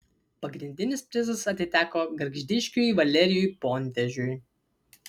pagrindinis prizas atiteko gargždiškiui valerijui pontežiui